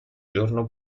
giorno